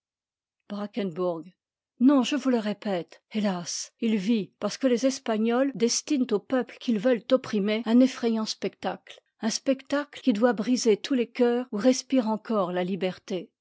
non je vous le répète hélas il vit parce que les espagnols destinent au peuple qu'ils veulent opprimer un effrayant spectacle un spectacle qui doit briser tous les coeurs où respire encore la liberté